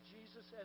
Jesus